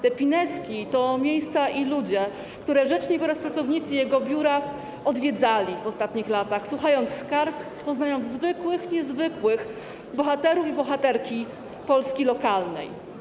Te pinezki to miejsca i ludzie, których rzecznik oraz pracownicy jego biura odwiedzali w ostatnich latach, słuchając skarg, poznając zwykłych niezwykłych bohaterów i bohaterki Polski lokalnej.